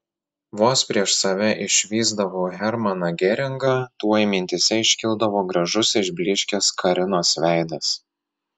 vos prieš save išvysdavau hermaną geringą tuoj mintyse iškildavo gražus išblyškęs karinos veidas